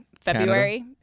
February